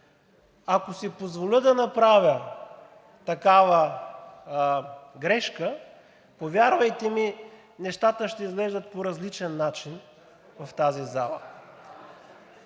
Ако си позволя да направя такава грешка, повярвайте ми, нещата ще изглеждат по различен начин в тази зала.